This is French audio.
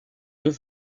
deux